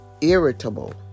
irritable